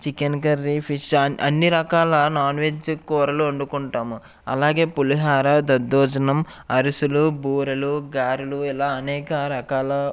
chicken curry fish అన్ అన్ని రకాల నాన్ వెజ్ కూరలు వండుకుంటాము అలాగే పులిహార దద్దోజనం అరిసెలు బూరెలు గారెలు ఇలా అనేక రకాల